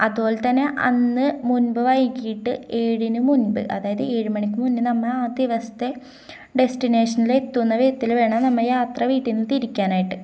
അതുപോലെ തന്നെ അന്ന് മുൻപ് വൈകിട്ട് ഏഴിനു മുൻപ് അതായത് ഏഴു മണിക്കു മുന്നെ നമ്മള് ആ ദിവസത്തെ ഡെസ്റ്റിനേഷനിൽ എത്തുന്ന വിധത്തില് വേണം നമ്മള് യാത്ര വീട്ടില്നിന്നു തിരിക്കാനായിട്ട്